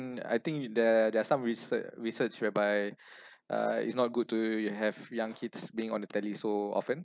I think there there are some research research whereby uh it's not good to you have young kids being on the telly so often